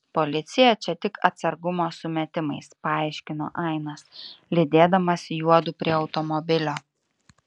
policija čia tik atsargumo sumetimais paaiškino ainas lydėdamas juodu prie automobilio